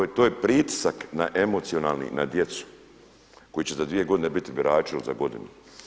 Jer to je pritisak emocionalni na djecu, koji će za dvije godine biti birači ili za godinu.